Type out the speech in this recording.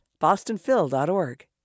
bostonphil.org